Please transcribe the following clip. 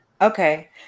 Okay